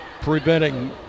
Preventing